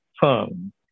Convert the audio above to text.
firm